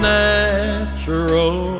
natural